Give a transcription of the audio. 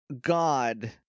god